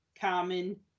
common